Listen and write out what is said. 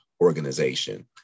organization